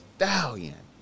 Stallion